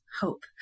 hope